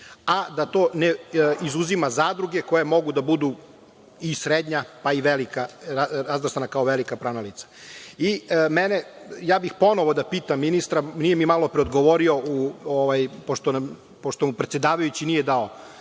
a da to izuzima zadruge koje mogu da budu i srednja, pa i velika pravna lica. Ponovo bih da pitam ministra, nije mi malopre odgovorio, pošto mu predsedavajući nije dao